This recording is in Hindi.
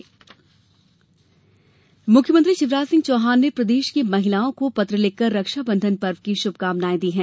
शिवराज चिट्ठी मुख्यमंत्री शिवराज सिंह चौहान ने प्रदेश की महिलाओं को पत्र लिखकर रक्षा बंधन की शुभकामनाएं दी है